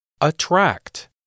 Attract